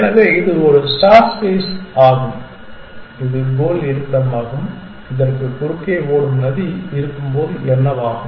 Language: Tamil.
எனவே இது ஸ்டார்ட் ஸ்பேஸ் ஆகும் இது கோல் இருப்பிடமாகும் இதற்கு குறுக்கே ஓடும் நதி இருக்கும்போது என்ன ஆகும்